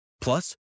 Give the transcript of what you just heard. Plus